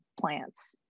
plants